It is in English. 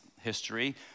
history